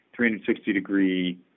360-degree